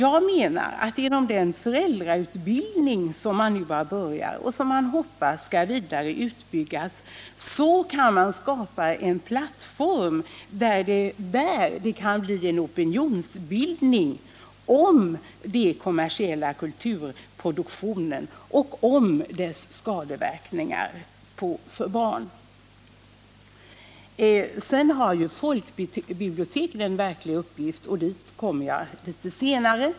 Jag tror att det genom den föräldrautbildning som nu påbörjas och som vi hoppas kommer att utbyggas skall kunna skapas en plattform för en opinionsbildning mot den kommersiella kulturproduktionen och dess skadeverkningar på barn. Här har även folkbiblioteken en stor uppgift, och till det återkommer jag litet senare.